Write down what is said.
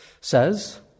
says